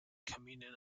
communion